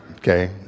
Okay